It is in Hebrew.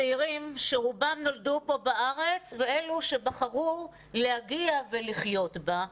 צעירים שרובם נולדו פה בארץ ואלו שבחרו להגיע ולחיות בה,